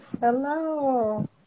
Hello